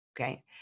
Okay